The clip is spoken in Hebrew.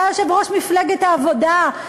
שהיה יושב-ראש מפלגת העבודה,